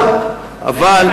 אבל על זה הוא מדבר,